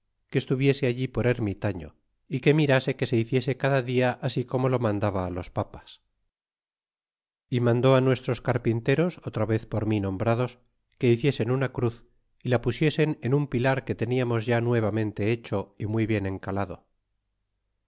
que estuviese allí por ermitaño e que mirase que se hiciese cada dia así como lo mandaba los papas y mandó nuestros carpinteros otra vez por mí nombrados que hiciesen una cruz y la pusiesen en un pilar que teniamos ya nuevamente hecho y muy bien encalado